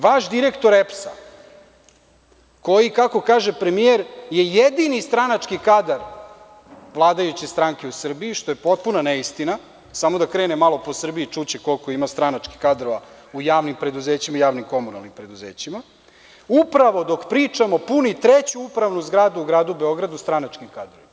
Vaš direktor EPS-a koji, kako kaže premijer, je jedini stranački kadar vladajuće stranke u Srbiji, što je potpuna neistina, samo da krene malo po Srbiji i čuće koliko ima stranačkih kadrova u javnim preduzećima i u javno-komunalnim preduzećima, upravo dok pričamo puni treću upravnu zgradu u gradu Beogradu stranačkim kadrovima.